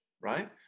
Right